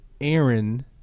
Aaron